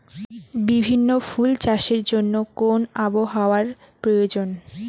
বিভিন্ন ফুল চাষের জন্য কোন আবহাওয়ার প্রয়োজন?